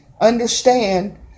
understand